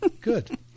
Good